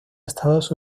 estados